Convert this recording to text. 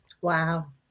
wow